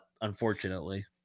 unfortunately